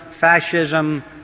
fascism